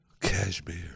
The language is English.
cashmere